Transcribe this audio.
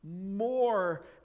more